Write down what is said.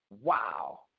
wow